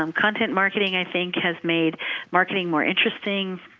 um content marketing i think has made marketing more interesting.